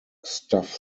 staff